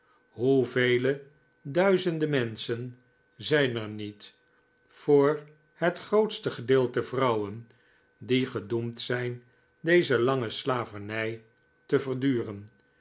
hoevele duizenden menschen zijn er niet voor het grootste gedeelte vrouwen die gedoemd zijn deze lange slavernij te verduren